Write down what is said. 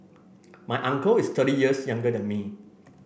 my uncle is thirty years younger than me